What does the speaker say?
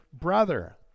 brother